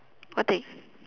what thing